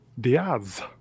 Diaz